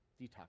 detox